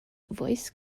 voice